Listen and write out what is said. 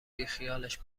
بیخیالش